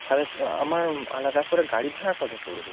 তাহলে আমার আলাদা করে গাড়ি ভাড়া কত পড়বে